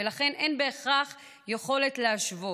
ולכן אין בהכרח יכולת להשוות.